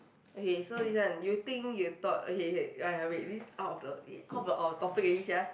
okay so this one you think you thought okay okay !aiya! wait this out of the out of our topic already sia